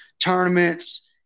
tournaments